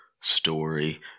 story